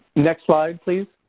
next slide please.